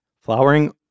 flowering